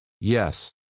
Yes